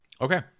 Okay